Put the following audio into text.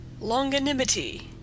Longanimity